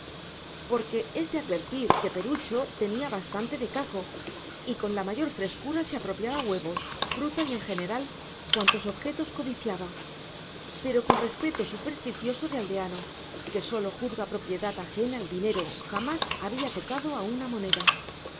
porque es de advertir que perucho tenía bastante de caco y con la mayor frescura se apropiaba huevos fruta y en general cuantos objetos codiciaba pero con respeto supersticioso de aldeano que sólo juzga propiedad ajena el dinero jamás había tocado a una moneda